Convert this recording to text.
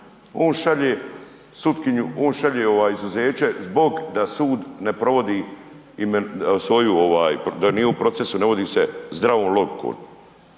on šalje sutkinju, on šalje izuzeće zbog da su sud ne provodi svoju, da nije u procesu, ne vodi se zdravom logikom.